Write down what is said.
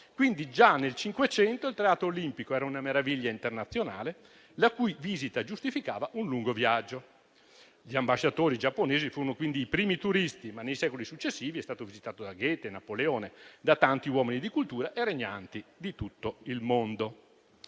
Quindi già nel '500 il Teatro Olimpico era una meraviglia internazionale, la cui visita giustificava un lungo viaggio. Gli ambasciatori giapponesi furono quindi i primi turisti, ma nei secoli successivi è stato visitato da Goethe, Napoleone e tanti altri uomini di cultura e regnanti di tutto il mondo.